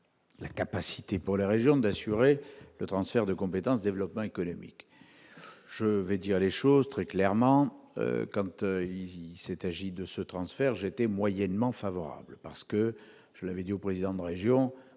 la capacité pour la région d'assurer le transfert de compétences, développement économique, je veux dire les choses très clairement, comme s'il s'était agi de ce transfert, j'étais moyennement favorable parce que je l'avais dit aux présidents de région,